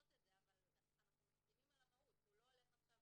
אנחנו מסכימים על המהות הוא לא הולך עכשיו